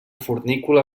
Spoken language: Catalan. fornícula